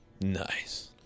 Nice